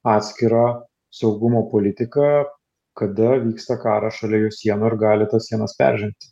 atskirą saugumo politiką kada vyksta karas šalia jų sienų ir gali tas sienas peržengti